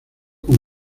con